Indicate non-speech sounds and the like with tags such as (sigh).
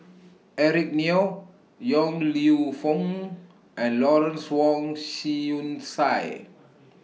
(noise) Eric Neo Yong Lew Foong and Lawrence Wong Shyun Tsai